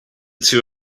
two